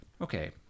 Okay